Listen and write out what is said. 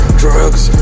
drugs